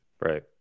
Right